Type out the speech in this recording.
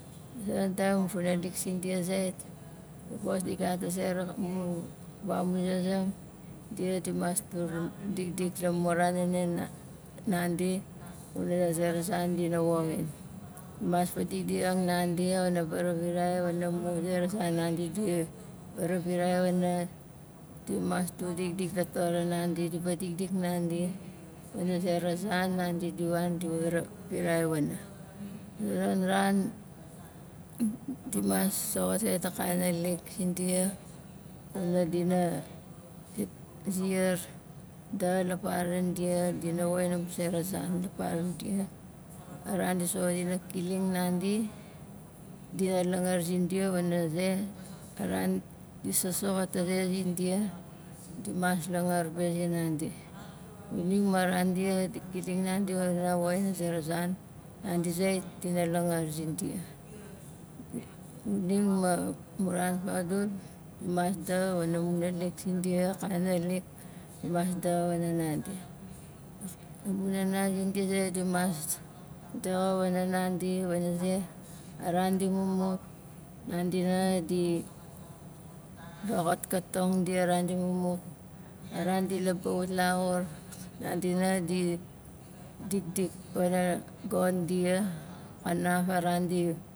A zonon taim amu funalik zindia zait tapos di gat a zera mun vamuzasing dia di mas tur dikdik la murana nana nandi kuna mu zera zan di na woxin mas fadikdixang nandi xuna varavirai wana amu zera zan nandi dia varavirai wana di mas tur dikdik la tora nandi di vadikdig nandi wana zera zan nandi di wan di varavirai wana a zonon ran di mas soxot sait akana naalik sindia pana dina ziar daxa la paran dia dina woxin amu sera zan la paran dia a ran di soxot dina kiling nandi dina langar zindia wana ze a ran di sosoxot a ze zindia dia di mas langar be zinandi xu- xuning ma amu ran vagdul di mas dodor wana mu naalik sindia akana naalik di mas daxa wana nandi amu nana zinandi zait di mas daxa wana nandi wana ze a ran di mumut nandi nanga di vaxatkatong dia la ran di mumut a ran di labaa wat laxur nandi nanga di dikdik pana gon dia kanaf a ran di